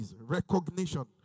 Recognition